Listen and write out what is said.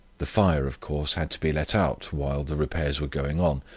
the fire, of course, had to be let out while the repairs were going on.